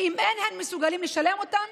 שאם אין הם מסוגלים לשלם אותם,